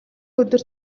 өдөр